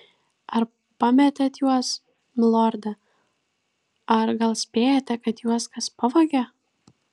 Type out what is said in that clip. ar pametėt juos milorde ar gal spėjate kad juos kas pavogė